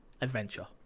adventure